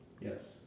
Yes